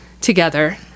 together